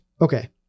Okay